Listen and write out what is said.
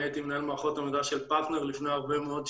אני הייתי מנהל מערכות המידע של פרטנר לפני הרבה מאוד שנים,